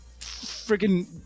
freaking